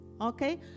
Okay